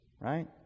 right